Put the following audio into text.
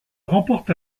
remporte